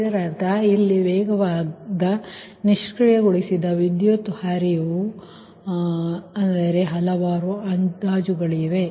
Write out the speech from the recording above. ಇದರರ್ಥ ಇಲ್ಲಿ ವೇಗವಾದ ನಿಷ್ಕ್ರಿಯಗೊಳಿಸಿದ ವಿದ್ಯುತ್ ಹರಿವು ಅಂದರೆ ಹಲವಾರು ಅಂದಾಜುಗಳಿವೆ